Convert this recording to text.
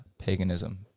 paganism